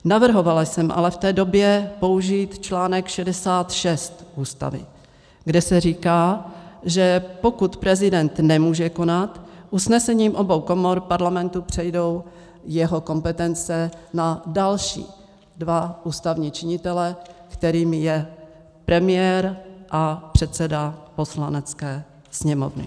Navrhovala jsem ale v té době použít článek 66 Ústavy, kde se říká, že pokud prezident nemůže konat, usnesením obou komor Parlamentu přejdou jeho kompetence na další dva ústavní činitele, kterými je premiér a předseda Poslanecké sněmovny.